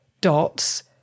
dots